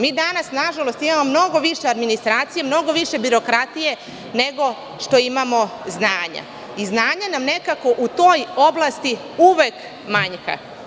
Mi danas, nažalost, imamo mnogo više administracije, mnogo više birokratije nego što imamo znanja i znanje nam nekako u toj oblasti uvek manjka.